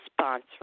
sponsor